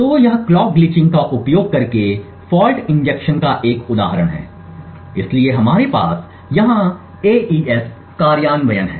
तो यह clock glitching का उपयोग करके फॉल्ट इंजेक्शन का एक उदाहरण है इसलिए हमारे पास यहां एईएस कार्यान्वयन है